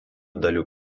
dalių